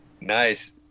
Nice